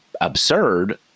absurd